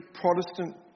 Protestant